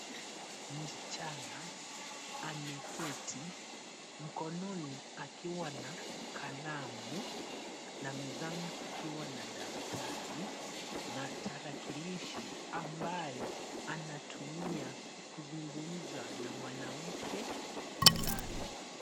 Msichana ameketi, mkononi akiwa na kalamu na mezani kukiwa na daftari na tarakilishi ambayo anatumia kuzungumza na mwanamke fulani.